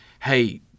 Hey